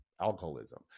alcoholism